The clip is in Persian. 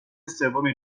سوم